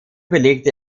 belegte